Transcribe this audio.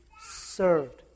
served